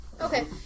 Okay